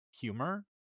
humor